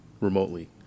remotely